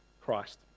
Christ